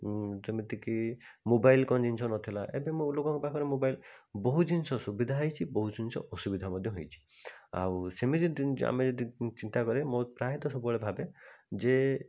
ଯେମିତିକି ମୋବାଇଲ୍ କ'ଣ ଜିନିଷ ନଥିଲା ଏବେ ଲୋକଙ୍କ ପାଖରେ ମୋବାଇଲ୍ ବହୁତ ଜିନିଷ ସୁବିଧା ହୋଇଛି ବହୁତ ଜିନିଷ ଅସୁବିଧା ମଧ୍ୟ ହୋଇଛି ଆଉ ସେମିତି ଆମେ ଚିନ୍ତା କରିବା ପ୍ରାୟତଃ ସବୁବେଳେ ଭାବେ ଯେ